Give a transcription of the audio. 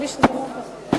יש לך עשר דקות תמימות.